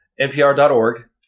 npr.org